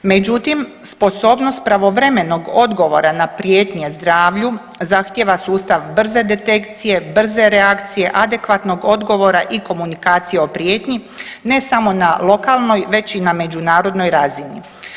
Međutim, sposobnost pravovremenog odgovora na prijetnje zdravlju zahtjeva sustav brze detekcije, brze reakcije, adekvatnog odgovora i komunikacije o prijetnji ne samo na lokalnoj već i na međunarodnoj razini.